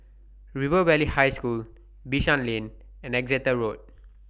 River Valley High School Bishan Lane and Exeter Road